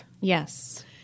Yes